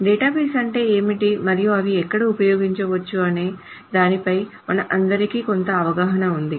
database అంటే ఏమిటి మరియు అవి ఎక్కడ ఉపయోగించవచ్చనే దానిపై మనందరికీ కొంత అవగాహన ఉంది